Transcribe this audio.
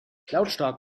lautstark